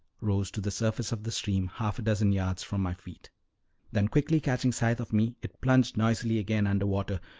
rose to the surface of the stream half a dozen yards from my feet then quickly catching sight of me, it plunged noisily again under water,